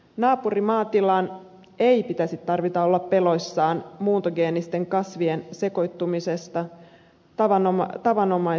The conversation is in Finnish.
naapurimaatilan ei pitäisi tarvita olla peloissaan muuntogeenisten kasvien sekoittumisesta tavanomaiseen tai luonnonmukaiseen maanviljelyyn